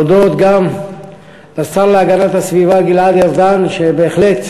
להודות גם לשר להגנת הסביבה גלעד ארדן, שבהחלט